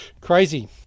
crazy